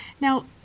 Now